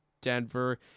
Denver